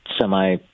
semi